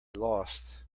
lost